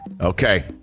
Okay